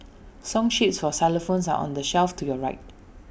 song sheets for xylophones are on the shelf to your right